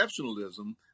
exceptionalism